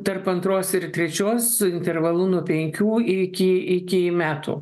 tarp antros ir trečios su intervalu nuo penkių iki iki metų